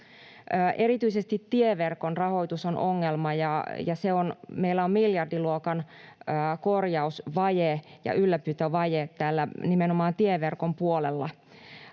Erityisesti tieverkon rahoitus on ongelma, ja meillä on miljardiluokan korjausvaje ja ylläpitovaje nimenomaan täällä tieverkon puolella.